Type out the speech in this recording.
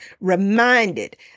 reminded